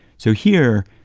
so here,